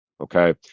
okay